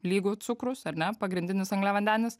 lygu cukrus ar ne pagrindinis angliavandenis